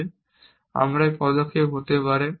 সুতরাং আমার পদক্ষেপ হতে পারে